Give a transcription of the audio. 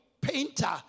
painter